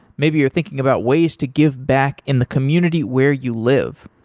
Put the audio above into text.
maybe you're thinking about ways to give back in the community where you live.